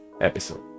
episode